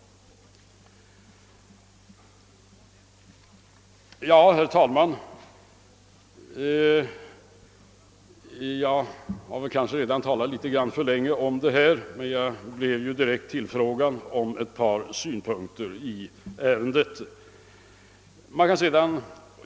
Herr talman! Jag har kanske redan talat något för länge om detta, men jag blev ju direkt tillfrågad på ett par punkter.